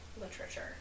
literature